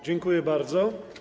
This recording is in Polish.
Dziękuję bardzo.